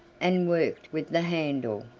and worked with the handle,